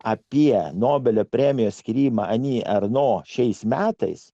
apie nobelio premiją skyryba ani arno šiais metais